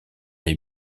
les